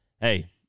hey